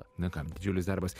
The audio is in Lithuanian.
na ką didžiulis darbas